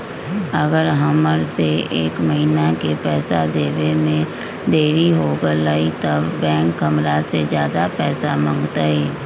अगर हमरा से एक महीना के पैसा देवे में देरी होगलइ तब बैंक हमरा से ज्यादा पैसा मंगतइ?